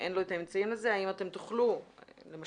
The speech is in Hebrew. אין האמצעים לזה, איזה